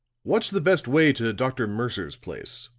what's the best way to dr. mercer's place?